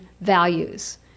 values